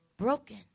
broken